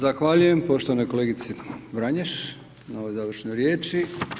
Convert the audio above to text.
Zahvaljujem poštovanoj kolegici Vranješ na ovoj završnoj riječi.